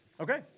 Okay